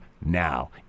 now